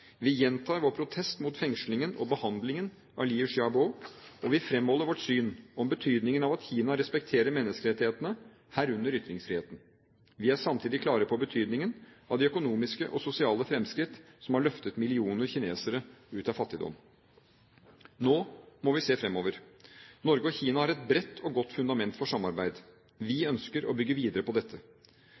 Vi gjentar vår protest mot fengslingen og behandlingen av Liu Xiaobo, og vi fremholder vårt syn om betydningen av at Kina respekterer menneskerettighetene – herunder ytringsfriheten. Vi er samtidig klare på betydningen av de økonomiske og sosiale fremskritt som har løftet millioner kinesere ut av fattigdom. Nå må vi se fremover. Norge og Kina har et bredt og godt fundament for samarbeid. Vi ønsker å bygge videre på dette.